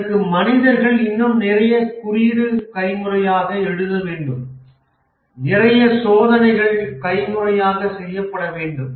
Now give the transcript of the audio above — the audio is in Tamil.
அதற்கு மனிதர்கள் இன்னும் நிறைய குறியீடு கைமுறையாக எழுத வேண்டும் நிறைய சோதனைகள் கைமுறையாக செய்யப்பட வேண்டும்